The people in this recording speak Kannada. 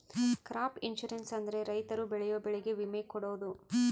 ಕ್ರಾಪ್ ಇನ್ಸೂರೆನ್ಸ್ ಅಂದ್ರೆ ರೈತರು ಬೆಳೆಯೋ ಬೆಳೆಗೆ ವಿಮೆ ಕೊಡೋದು